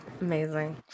amazing